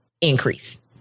increase